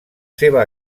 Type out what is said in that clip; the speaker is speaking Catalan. seva